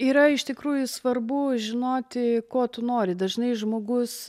yra iš tikrųjų svarbu žinoti ko tu nori dažnai žmogus